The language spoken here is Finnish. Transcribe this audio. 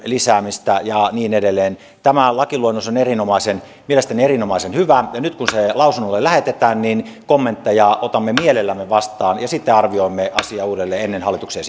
lisäämistä ja niin edelleen tämä lakiluonnos on mielestäni erinomaisen hyvä nyt kun se lausunnolle lähetetään niin kommentteja otamme mielellämme vastaan ja sitten arvioimme asiaa uudelleen ennen hallituksen